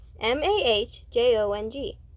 M-A-H-J-O-N-G